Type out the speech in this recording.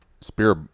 spear